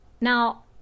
Now